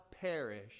perish